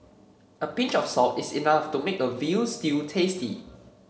a pinch of salt is enough to make a veal stew tasty